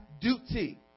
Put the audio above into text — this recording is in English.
duty